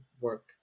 work